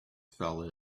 fell